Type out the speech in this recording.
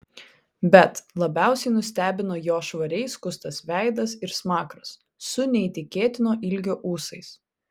bet labiausiai nustebino jo švariai skustas veidas ir smakras su neįtikėtino ilgio ūsais